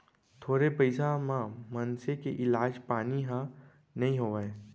थोरे पइसा म मनसे के इलाज पानी ह नइ होवय